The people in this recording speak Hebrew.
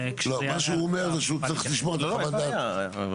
במסגרת הדיונים בחוק ההסדרים הובהרה ההגדרה ביחד עם פיקוד העורף